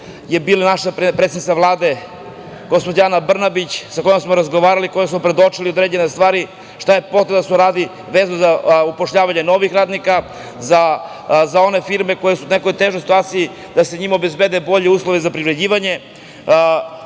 je bila predsednica Vlade, gospođa Ana Brnabić sa kojom smo razgovarali i kojoj smo predočili određene stvari šta je potrebno da se uradi vezano za zapošljavanje novih radnika za one firme koje su u nekoj težoj situaciji, da im se obezbede bolji uslovi za privređivanje